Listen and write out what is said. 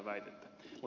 mutta ed